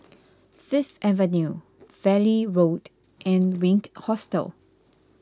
Fifth Avenue Valley Road and Wink Hostel